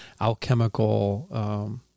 alchemical